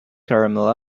caramel